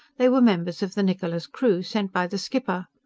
they were members of the niccola's crew, sent by the skipper.